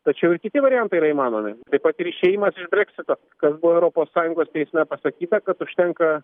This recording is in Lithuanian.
tačiau ir kiti variantai yra įmanomi taip pat ir išėjimas iš breksito kas buvo europos sąjungos teisme pasakyta kad užtenka